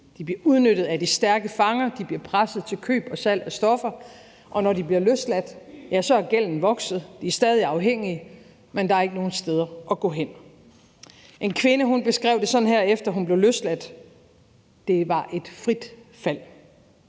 De bliver udnyttet af de stærke fanger, de bliver presset til køb og salg af stoffer, og når de bliver løsladt, er gælden vokset, de er stadig afhængige, men der er ikke nogen steder at gå hen. Kl. 12:20 En kvinde beskrev det sådan her, efter at hun blev løsladt: Det var et frit fald.